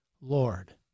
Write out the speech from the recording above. Lord